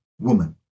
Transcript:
Woman